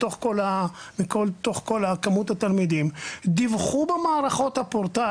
מתוך כל כמות התלמידים דיווחו במערכות הפורטל,